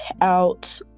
out